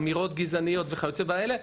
אמירות גזעניות וכיוצא באלה",